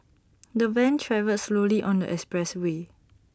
the van travelled slowly on the expressway